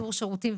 צוהריים טובים,